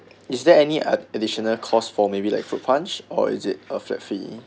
is there any ad~ additional costs for maybe like fruit punch or is it a flat fee